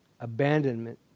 abandonment